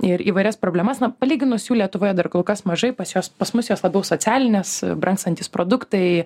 ir įvairias problemas na palyginus jų lietuvoje dar kol kas mažai pas juos pas mus jos labiau socialinės brangstantys produktai